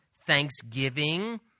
thanksgiving